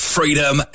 Freedom